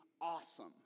awesome